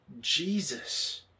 Jesus